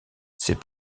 c’est